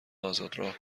آزادراه